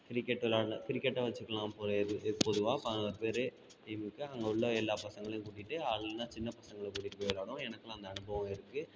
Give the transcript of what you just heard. cricket விளையாட்ற கிரிக்கெட்டை வச்சிக்கலாம் போல் இதுக்கு பொதுவாக பதினோரு பேர் டீமுக்கு அங்கே உள்ள எல்லா பசங்களையும் கூட்டிட்டு ஆள் இல்லைன்னா சின்ன பசங்களை கூட்டிட்டு போய் விளையாடுவோம் எனக்கெல்லாம் அந்த அனுபவம் இருக்குது